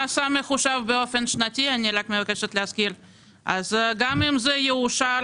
אני רק מבקשת להזכיר שמס הכנסה מחושב